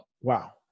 Wow